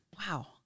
Wow